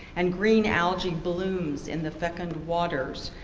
and green algae blooms in the fecund waters,